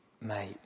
Mate